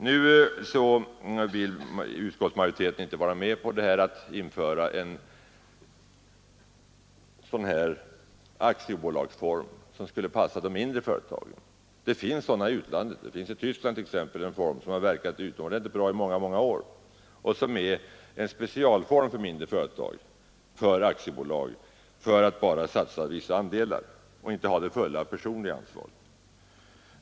Nu vill utskottsmajoriteten inte vara med om att införa en aktiebolagsform som skulle passa de mindre företagen. Det finns sådana bolagsfor mer i utlandet. Det finns t.ex. en sådan i Västtyskland, som har fungerat utomordentligt väl i många år. Den är speciellt avsedd för mindre företag, och man kan i denna aktiebolagsform satsa andelar utan fullt personligt ansvar.